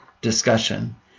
discussion